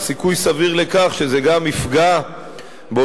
או סיכוי סביר לכך שזה גם יפגע באותם